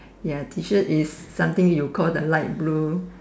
ya T shirt is something you call the light blue